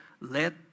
Let